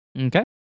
Okay